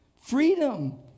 freedom